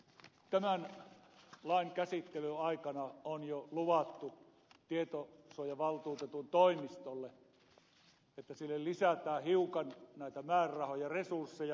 tämän lain käsittelyn aikana on jo luvattu tietosuojavaltuutetun toimistolle että sille lisätään hiukan määrärahoja ja resursseja